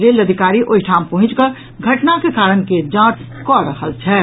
rail अधिकारी ओहि ठाम पहुंचि कऽ घटनाक कारण के जांच कऽ रहल छथि